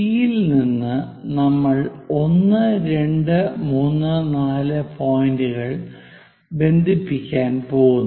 C യിൽ നിന്ന് നമ്മൾ 1 2 3 4 പോയിന്റുകൾ ബന്ധിപ്പിക്കാൻ പോകുന്നു